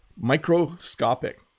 microscopic